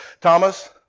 Thomas